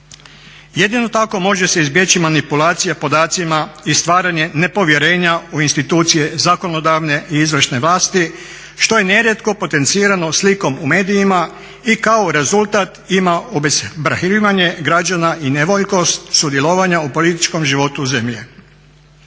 Jedino tako može se izbjeći manipulacija podacima i stvaranje nepovjerenja u institucije zakonodavne i izvršne vlasti što je nerijetko potencirano slikom u medijima i kao rezultat ima obeshrabrivanje građana i nevoljkost sudjelovanja u političkom životu zemlje.